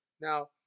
Now